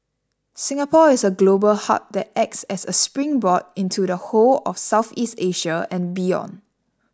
Singapore is a global hub that acts as a springboard into the whole of Southeast Asia and beyond